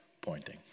pointing